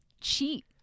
cheat